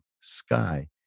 sky